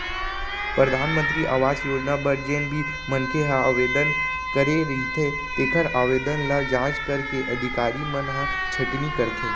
परधानमंतरी आवास योजना बर जेन भी मनखे ह आवेदन करे रहिथे तेखर आवेदन ल जांच करके अधिकारी मन ह छटनी करथे